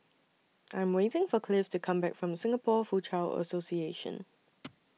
I Am waiting For Clive to Come Back from Singapore Foochow Association